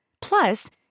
Plus